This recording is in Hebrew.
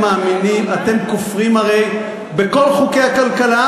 כופרים הרי בכל חוקי הכלכלה,